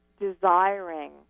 desiring